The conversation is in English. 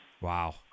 Wow